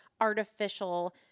artificial